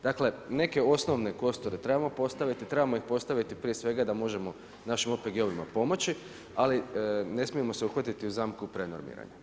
Dakle, neke osnovne kosture trebamo postaviti, trebamo ih postaviti prije svega da možemo našim OPG-ovima pomoći, ali ne smijemo se uhvatiti u zamku prenormiranja.